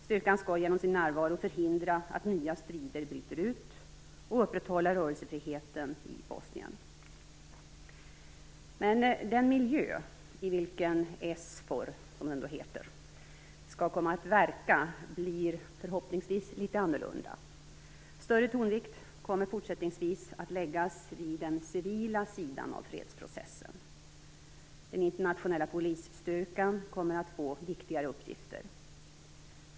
Styrkan skall genom sin närvaro förhindra att nya strider bryter ut och upprätthålla rörelsefriheten i Men den miljö i vilken SFOR, som styrkan heter, skall komma att verka blir förhoppningsvis litet annorlunda. Större tonvikt kommer fortsättningsvis att läggas vid den civila sidan av fredsprocessen. Den internationella polisstyrkan kommer att få viktigare uppgifter.